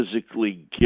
physically